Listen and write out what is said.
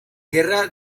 guerra